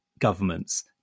governments